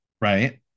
right